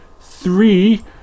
three